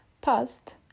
Past